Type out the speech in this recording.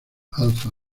alpha